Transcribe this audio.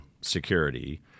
security